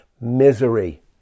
misery